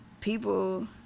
people